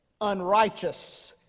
unrighteous